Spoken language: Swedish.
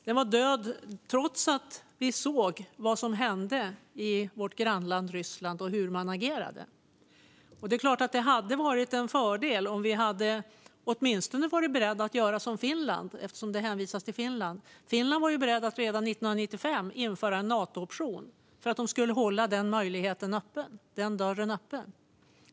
Den var död trots att vi såg vad som hände i vårt grannland Ryssland och hur man agerade. Det är klart att det hade varit en fördel om vi åtminstone hade varit beredda att göra som Finland - det hänvisas ju till Finland. Finland var redan 1995 beredda att införa en Natooption för att hålla den dörren öppen.